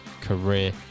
career